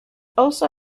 also